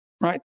Right